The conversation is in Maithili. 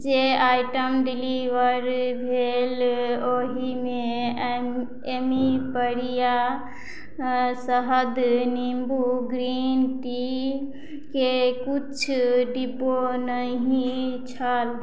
जे आइटम डिलीवर भेल ओहिमे एमिपरिया शहद नींबू ग्रीन टीके किछु डिब्बा नहि छल